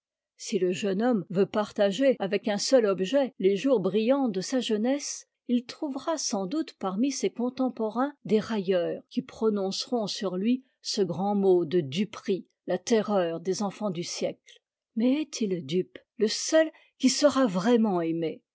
si le jeune homme veut partager avec un seul objet les jours brillants de sa jeunesse il trouvera sans doute parmi ses contemporains des railleurs qui prononceront sur lui ce grand mot de e e la terreur des enfants du siècle mais est-il dupe le seul qui sera vraiment aimé